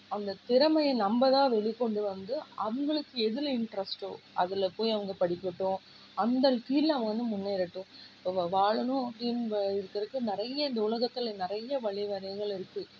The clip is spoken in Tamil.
அந்த திறமையை நம்ம தான் வெளிக்கொண்டு வந்து அவங்களுக்கு எதில் இன்ட்ரஸ்ட்டோ அதில் போய் அவங்க படிக்கட்டும் அந்த ஃபீல்டில் அவங்க வந்து முன்னேறட்டும் இவ் வ வாழணும் அப்படின்னு இருக்கிறதுக்கு நிறைய இந்த உலகத்தில் நிறைய வழி வகைகள் இருக்குது